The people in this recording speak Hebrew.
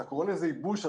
אתה קורא לזה ייבוש.